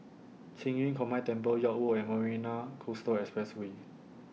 Qing Yun Combined Temple York Road and Marina Coastal Expressway